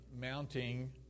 mounting